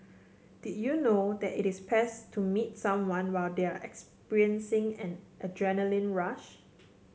did you know that it is best to meet someone while they are experiencing an adrenaline rush